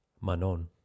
Manon